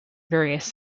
various